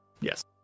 Yes